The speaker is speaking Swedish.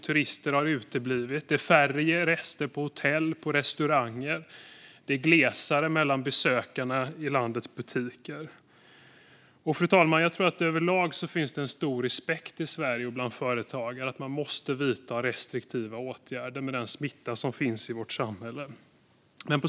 Turister har uteblivit, det är färre gäster på hotell och restauranger och det är glesare mellan besökarna i landets butiker. Fru talman! Överlag finns det en stor respekt bland Sveriges företagare för att restriktiva åtgärder måste vidtas med den smitta som finns i vårt samhälle.